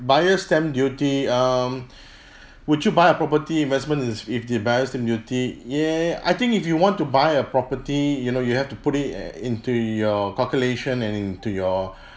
buyers stamp duty um would you buy a property investments if the buyers stamp duty ya I think if you want to buy a property you know you have to put it uh into your calculation and into your